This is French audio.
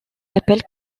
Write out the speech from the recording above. appelle